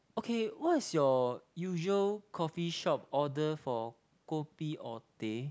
okay what is your usual coffee shop order for kopi or teh